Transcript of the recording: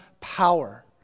power